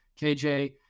KJ